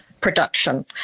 production